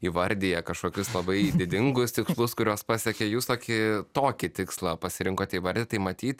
įvardija kažkokius labai didingus tikslus kuriuos pasiekė jūs tokį tokį tikslą pasirinkote įvardyt tai matyt